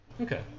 Okay